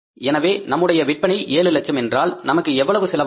எனவே நம்முடைய விற்பனை 7 லட்சம் என்றால் நமக்கு எவ்வளவு செலவாகும்